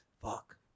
fuck